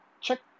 check